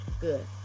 Good